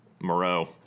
Moreau